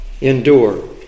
endure